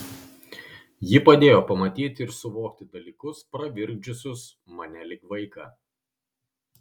ji padėjo pamatyti ir suvokti dalykus pravirkdžiusius mane lyg vaiką